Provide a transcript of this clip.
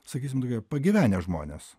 sakysim pagyvenę žmonės